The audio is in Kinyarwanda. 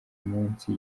munsi